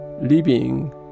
living